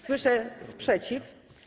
Słyszę sprzeciw.